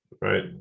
right